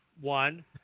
one